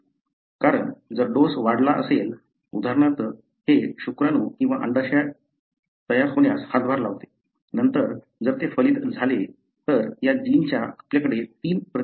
कारण जर डोस वाढला असेल उदाहरणार्थ हे शुक्राणू किंवा अंडाशय तयार होण्यास हातभार लावते नंतर जर ते फलित झाले तर या जीनच्या आपल्याकडे तीन प्रती असतील